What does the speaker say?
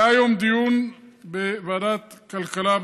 היה היום דיון בוועדת כלכלה,